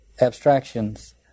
abstractions